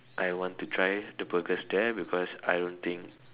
I want to try the burgers there because I don't think